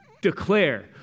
declare